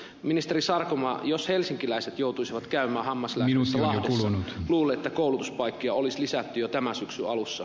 ministeri sarkomaa jos helsinkiläiset joutuisivat käymään hammaslääkärissä lahdessa luulen että koulutuspaikkoja olisi lisätty jo tämän syksyn alussa